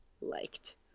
liked